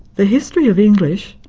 the history of english,